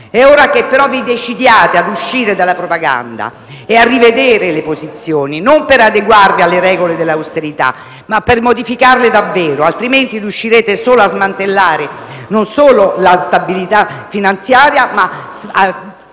È ora, però, che vi decidiate a uscire dalla propaganda e a rivedere le posizioni, e non per adeguarvi alle regole dell'austerità, ma per modificarle davvero; in caso contrario, riuscirete non solo a smantellare la stabilità finanziaria, ma anche